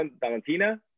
Valentina